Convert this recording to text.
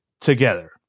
together